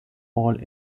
hall